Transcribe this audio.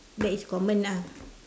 that is common lah